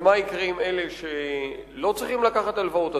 ומה יקרה עם אלה שלא צריכים לקחת הלוואות?